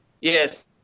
Yes